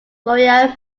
gloria